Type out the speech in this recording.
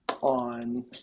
on